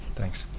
Thanks